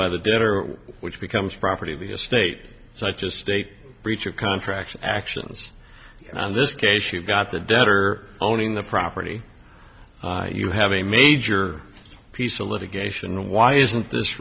by the debtor which becomes property of the estate such as state breach of contract actions and on this case you've got the debtor owning the property you have a major piece of litigation why isn't this